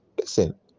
Listen